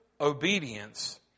obedience